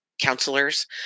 counselors